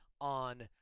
on